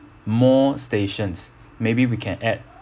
more stations maybe we can add